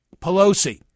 Pelosi